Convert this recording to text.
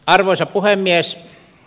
arvoisa puhemies